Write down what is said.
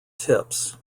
tips